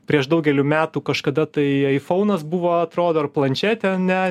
prieš daugelį metų kažkada tai aifounas buvo atrodo ar planšetė ne